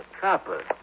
copper